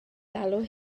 galw